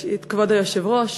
כבוד היושב-ראש,